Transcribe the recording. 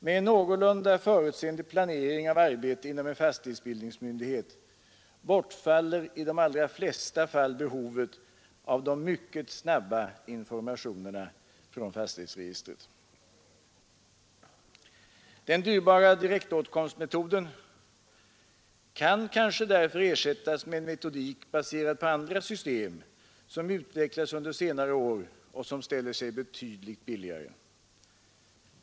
Med en någorlunda förutseende planering av arbetet inom en fastighetsbildningsmyndighet bortfaller i de allra flesta fall behovet av de mycket snabba informationerna från fastighetsregistret. Den dyrbara direktåtkomstmetoden kan kanske därför ersättas med en metodik baserad på andra system, som utvecklats under senare år och som ställer sig betydligt billigare.